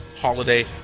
holiday